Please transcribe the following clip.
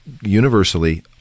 universally